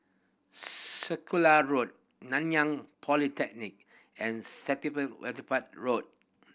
Circular Road Nanyang Polytechnic and St Will Wilfred Road